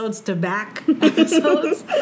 To-back-episodes